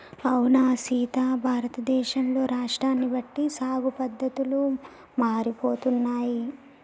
అవునా సీత భారతదేశంలో రాష్ట్రాన్ని బట్టి సాగు పద్దతులు మారిపోతున్నాయి